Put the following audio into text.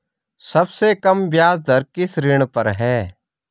सबसे कम ब्याज दर किस ऋण पर है?